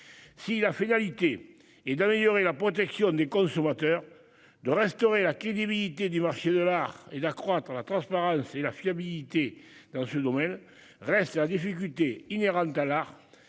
Si la finalité est d'améliorer la protection des consommateurs, de restaurer la crédibilité du marché de l'art et d'accroître la transparence et la fiabilité dans ce domaine, reste la difficulté inhérente à l'art